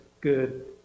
good